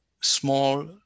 small